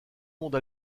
monde